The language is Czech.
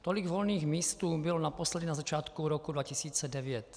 Tolik volných míst tu bylo naposledy na začátku roku 2009.